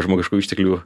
žmogiškųjų išteklių